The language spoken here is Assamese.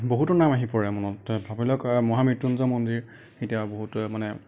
বহুতো নাম আহি পৰে মনত ভাবি লওক মহামৃত্যুঞ্জয় মন্দিৰ এতিয়া বহুত মানে